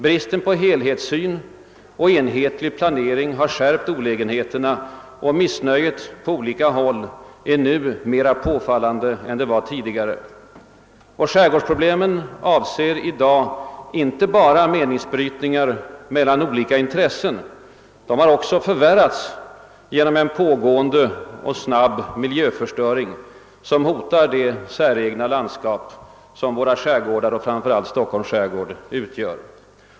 Bristen på helhetssyn och enhetlig planering har skärpt olägenheterna, och missnöjet på olika håll är nu mera påfallande än tidigare. Skärgårdsproblemen avser i dag inte bara meningsbrytningar mellan olika intressen, de har också förvärrats genom en pågående, snabb mil jöförstöring vilken hotar det säregna landskap som våra skärgårdar och framförallt Stockholms skärgård utgör.